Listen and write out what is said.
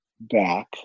back